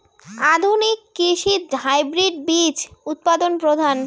আধুনিক কৃষিত হাইব্রিড বীজ উৎপাদন প্রধান